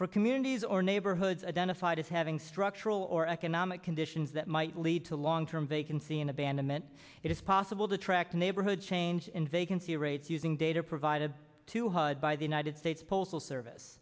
for communities or neighborhoods identified as having structural or economic conditions that might lead to long term vacancy an abandonment it is possible to track neighborhood change in vacancy rates using data provided to hud by the united states postal service